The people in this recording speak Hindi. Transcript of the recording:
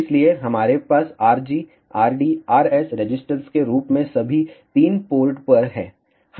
इसलिए हमारे पास Rg Rd Rs रेजिस्टेंस के रूप में सभी तीन पोर्ट पर है